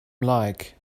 like